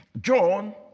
John